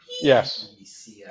Yes